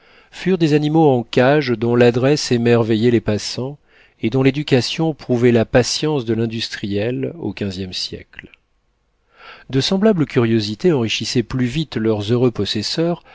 furent des animaux en cage dont l'adresse émerveillait les passants et dont l'éducation prouvait la patience de l'industriel au quinzième siècle de semblables curiosités enrichissaient plus vite leurs heureux possesseurs